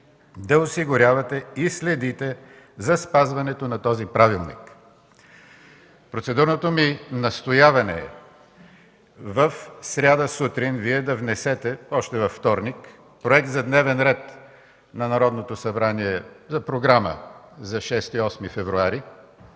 да осигурявате и следите за спазването на този правилник. Процедурното ми настояване е: в сряда сутрин Вие да внесете, още във вторник, проект за дневен ред на Народното събрание, за програма за 6-8 февруари